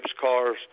cars